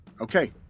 Okay